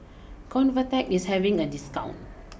ConvaTec is having a discount